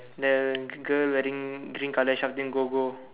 the girl wearing green colour shouting go go